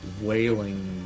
wailing